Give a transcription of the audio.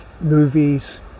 movies